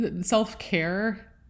self-care